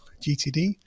GTD